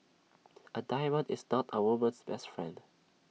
A diamond is not A woman's best friend